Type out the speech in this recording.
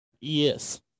Yes